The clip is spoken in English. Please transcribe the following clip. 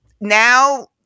now